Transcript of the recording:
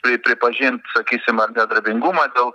tai pripažint sakysim ar nedarbingumą dėl